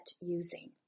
using